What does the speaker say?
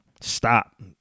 stop